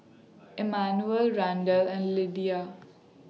Emmanuel Randell and Lydia